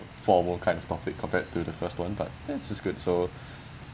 formal kind of topic compared to the first one but it's it's good so